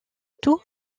tout